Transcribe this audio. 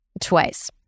twice